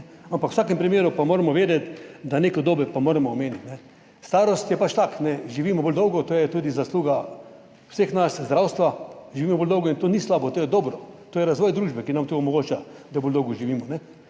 ampak v vsakem primeru pa moramo vedeti, da neko dobo moramo omeniti. Starost je pač tako, živimo bolj dolgo, to je tudi zasluga vseh nas in zdravstva. Živimo bolj dolgo, kar ni slabo, to je dobro, to je razvoj družbe, ki nam to omogoča, da dlje živimo.